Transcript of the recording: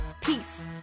Peace